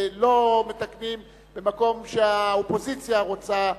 ולא מתקנים במקום שהאופוזיציה רוצה,